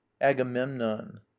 agamemnon